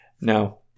Now